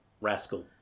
Rascal